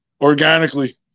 organically